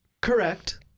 Correct